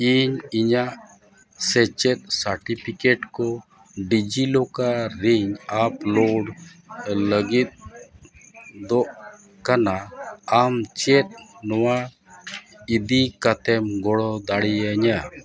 ᱤᱧ ᱤᱧᱟᱹᱜ ᱥᱮᱪᱮᱫ ᱥᱟᱨᱴᱤᱯᱷᱤᱠᱮᱴ ᱠᱚ ᱰᱤᱡᱤᱞᱚᱠᱟᱨ ᱨᱮᱧ ᱟᱯᱞᱳᱰ ᱞᱟᱹᱜᱤᱫᱚᱜ ᱠᱟᱱᱟ ᱟᱢ ᱪᱮᱫ ᱱᱚᱣᱟ ᱤᱫᱤ ᱠᱟᱛᱮᱢ ᱜᱚᱲᱚ ᱫᱟᱲᱮᱭᱟᱹᱧᱟᱹ